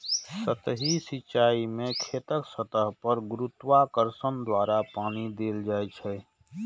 सतही सिंचाइ मे खेतक सतह पर गुरुत्वाकर्षण द्वारा पानि देल जाइ छै